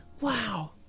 wow